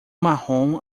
marrom